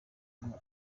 ngo